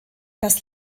das